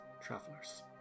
travelers